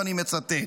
ואני מצטט: